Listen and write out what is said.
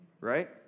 right